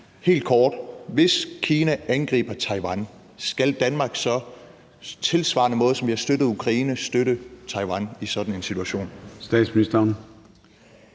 helt kort: Hvis Kina angriber Taiwan, skal Danmark på tilsvarende måde, som vi har støttet Ukraine, i sådan en situation